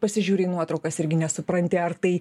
pasižiūri į nuotraukas irgi nesupranti ar tai